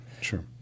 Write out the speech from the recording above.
Sure